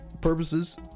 purposes